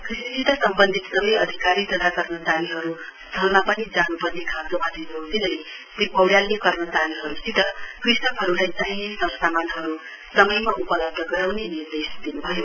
कृषिसित सम्बन्धित सबै अधिकारी तथा कर्मचारीहरू स्थलमा पनि जान्पर्ने खाँचोमाथि जोड़ दिँदै श्री पौड़यालले कर्मचारीहरूसित कृषकहरूलाई चाहिने सरसामानहरू समयमा उपलब्ध गराउने निर्देश दिन्भयो